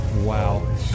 Wow